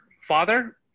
father